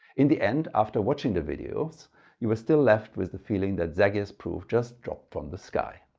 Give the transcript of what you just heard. in the end, after watching the videos you were still left with the feeling that zagier's proof just dropped from the sky.